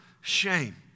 shame